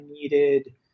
needed